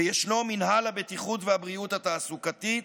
וישנו מינהל הבטיחות והבריאות התעסוקתית,